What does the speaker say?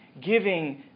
giving